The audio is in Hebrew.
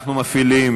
אנחנו מפעילים